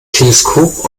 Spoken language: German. teleskop